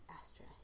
Astra